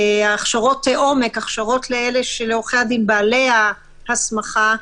הכשרות עומק, הכשרות לעורכי דין בעלי ההסמכה.